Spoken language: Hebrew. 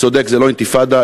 צודק, זאת לא אינתיפאדה.